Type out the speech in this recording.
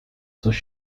coś